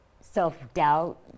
self-doubt